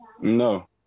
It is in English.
No